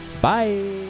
bye